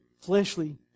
fleshly